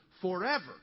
forever